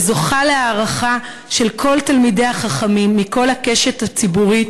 וזוכה להערכה של כל תלמידי החכמים מכל הקשת הציבורית